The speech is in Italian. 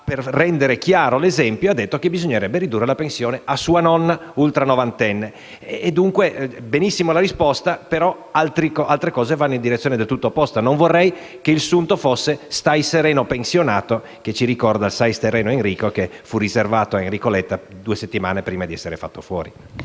per rendere chiaro l'esempio, ha detto che bisognerebbe ridurre la pensione a sua nonna ultranovantenne. Va benissimo la risposta, ma altre cose vanno in direzione del tutto opposta. Non vorrei che il sunto fosse: «Stai sereno, pensionato», che ci ricorda lo «Stai sereno, Enrico», che fu riservato a Enrico Letta due settimane prima di essere fatto fuori.